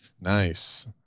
Nice